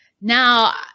now